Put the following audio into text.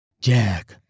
Jack